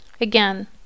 Again